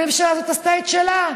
הממשלה הזאת עשתה את שלה,